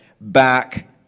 back